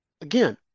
again